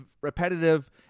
repetitive